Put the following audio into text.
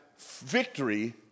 victory